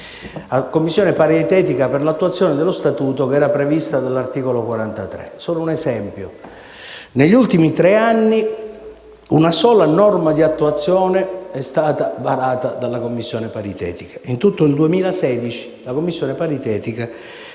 Commissione paritetica per l'attuazione dello Statuto, che era prevista dall'articolo 43 dello stesso. Solo un esempio: negli ultimi tre anni una sola norma di attuazione è stata varata dalla Commissione paritetica e in tutto il 2016 la Commissione paritetica